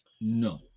No